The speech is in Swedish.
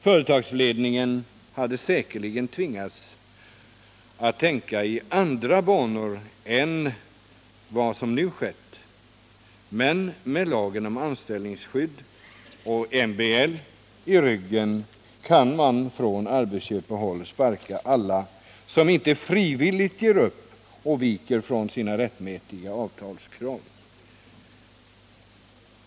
Företagsledningen hade säkerligen tvingats att tänka i andra banor än man nu gjort. Men med lagen om anställningsskydd och MBL i ryggen kan man från arbetsköparhåll sparka alla som inte frivilligt ger upp och viker från sina rättmätiga avtalskrav.